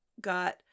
got